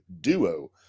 duo